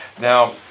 Now